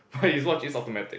but his watch is automatic